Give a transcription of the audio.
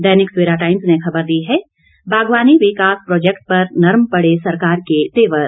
दैनिक Savera Times ने खबर दी है बागवानी विकास प्रोजेक्ट पर नर्म पड़े सरकार के तेवर